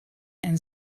and